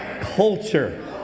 culture